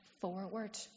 forward